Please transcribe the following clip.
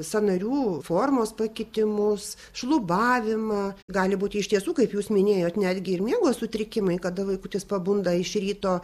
sąnarių formos pakitimus šlubavimą gali būti iš tiesų kaip jūs minėjot netgi ir miego sutrikimai kada vaikutis pabunda iš ryto